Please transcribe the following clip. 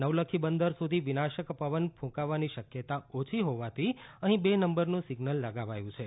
નવલખી બંદર સુધી વિનાશક પવન ક્રંકવાની શક્યતા ઓછી હોવાથી અહી બે નંબરનું સિઝ્નલ લગાવાયું છે